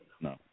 no